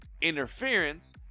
interference